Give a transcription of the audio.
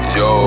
yo